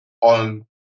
on